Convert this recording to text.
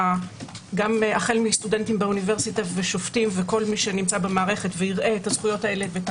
והחל מסטודנטים ושופטים וכל מי שבמערכת יראה את הזכויות ואת